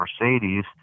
Mercedes